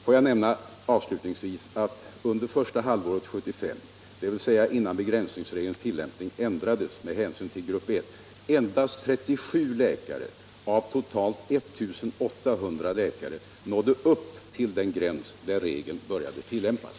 Får jag nämna avslutningsvis att under första halvåret 1975, dvs. innan begränsningsregelns tillämpning ändrades med hänsyn till grupp 1, endast 37 läkare av totalt 1800 nådde upp till den gräns där regeln började tillämpas.